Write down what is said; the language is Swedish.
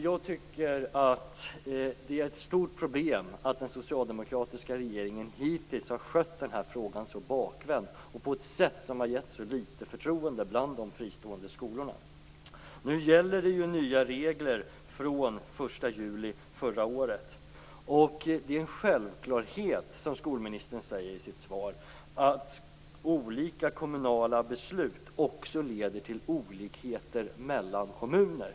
Jag tycker att det är ett stort problem att den socialdemokratiska regeringen hittills har skött den här frågan så bakvänt och på ett sätt som har gett så litet förtroende bland de fristående skolorna. Nya regler gäller sedan den 1 juli förra året. Det är en självklarhet, som skolministern säger i sitt svar, att olika kommunala beslut också leder till olikheter mellan kommuner.